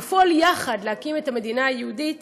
ולפעול יחד להקים את המדינה היהודית,